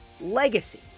legacy